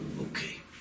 Okay